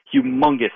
humongous